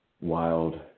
wild